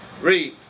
read